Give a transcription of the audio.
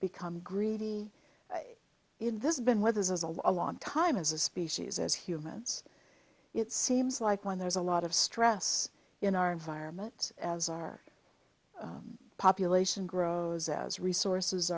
become greedy in this been weathers as a long time as a species as humans it seems like when there's a lot of stress in our environment as our population grows as resources